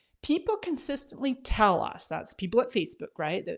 people consistently tell us, that's people at facebook, right?